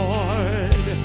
Lord